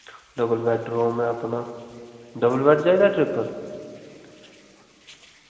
double bedroom ऐ अपना double bed चाहिदा ट्रिप्पल